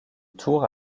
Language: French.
tour